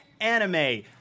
anime